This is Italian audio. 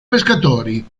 pescatori